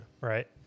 Right